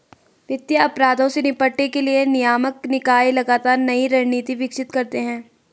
वित्तीय अपराधों से निपटने के लिए नियामक निकाय लगातार नई रणनीति विकसित करते हैं